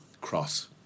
cross